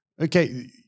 okay